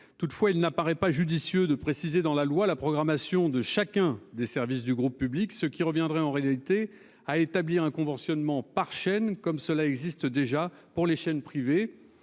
Toutefois il n'apparaît pas judicieux de préciser dans la loi la programmation de chacun des services du groupe public, ce qui reviendrait en réalité à établir un conventionnement par chaîne comme cela existe déjà pour les chaînes privées.